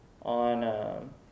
on